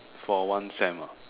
for one sem ah